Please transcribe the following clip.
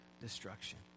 destruction